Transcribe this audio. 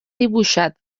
dibuixat